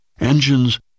Engines